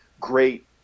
great